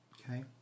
Okay